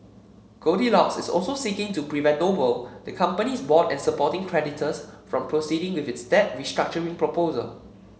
goldilocks is also seeking to prevent Noble the company's board and supporting creditors from proceeding with its debt restructuring proposal